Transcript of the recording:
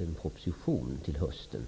en proposition till hösten.